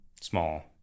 small